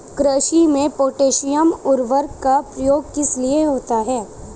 कृषि में पोटैशियम उर्वरक का प्रयोग किस लिए होता है?